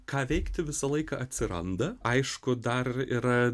ką veikti visą laiką atsiranda aišku dar yra